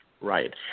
Right